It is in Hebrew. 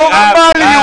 נורמליות,